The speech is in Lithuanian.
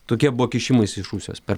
tokie buvo kišimaisi iš rusijos per